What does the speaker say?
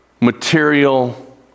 material